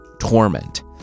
torment